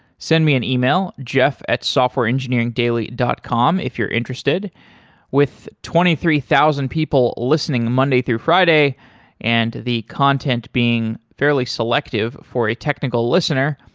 send me an e-mail jeff at softwareengineeringdaily dot com if you're interested with twenty three thousand people listening monday through friday and the content being fairly selective for a technical listener,